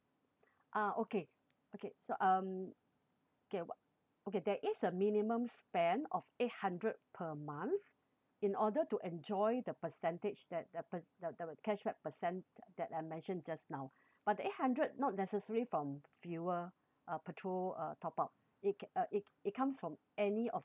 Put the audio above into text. ah okay okay so um okay wha~ okay there is a minimum spend of eight hundred per month in order to enjoy the percentage that the per~ that the cashback percent that I mentioned just now but the eight hundred not necessary from fuel uh petrol uh top up it ca~ it it comes from any of